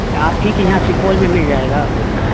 یا آپ ہی کے یہاں سپول میں مل جائے گا